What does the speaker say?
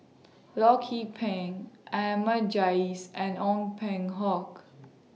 Loh Lik Peng Ahmad Jais and Ong Peng Hock